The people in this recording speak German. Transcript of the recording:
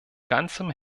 ganzem